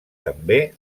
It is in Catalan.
també